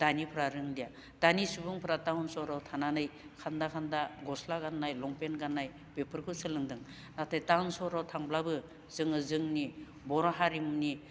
दानिफ्रा रोंलिया दानि सुबुंफोरा टाउन सहराव थानानै खान्दा खान्दा गस्ला गाननाय लंपेन्ट गाननाय बेफोरखौ सोलोंदों नाथाय टाउन सहराव थांब्लाबो जोङो जोंनि बर' हारिमुनि